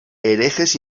herejes